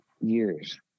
years